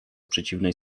przeciwnej